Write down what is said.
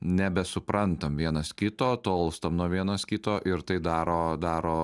nebesuprantam vienas kito tolstam nuo vienas kito ir tai daro daro